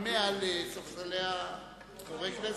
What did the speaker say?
כמה לספסלי חברי הכנסת.